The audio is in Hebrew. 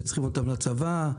לצבא,